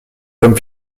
comme